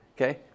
Okay